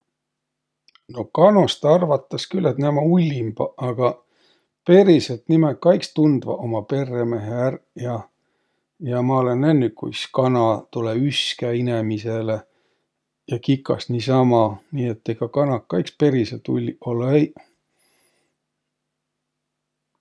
No kanost arvatas külh, et nä ummaq ullimbaq, agaq periselt nimäq ka iks tundvaq uma perremehe ärq ja, ja ma olõ nännüq, kuis kana tulõ üskä ineisele ja kikas niisama. Nii et egaq kanaq ka iks periselt ulliq olõ-õiq.